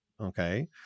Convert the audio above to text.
Okay